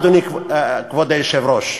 אדוני כבוד היושב-ראש,